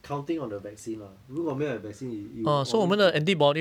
counting on the vaccine lah 如果没有 have vaccine it it will always be like that